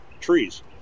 trees